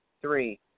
Three